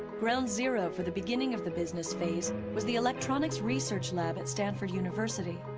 grown zero for the beginning of the business phase was the electronics research lab at stanford university.